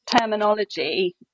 terminology